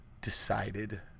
decided